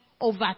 over